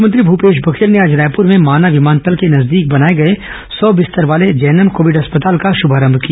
मुख्यमंत्री भूपेश बघेल ने आज रायपुर में माना विमानतल के नजदीक बनाए गए सौ बिस्तर वाले जैनम कोविड अस्पताल का शुभारंभ किया